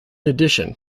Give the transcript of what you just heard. addition